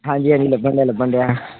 ਹਾਂਜੀ ਹਾਂਜੀ ਲੱਭਣ ਡਿਆ ਲੱਭਣ ਡਿਆ